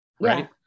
right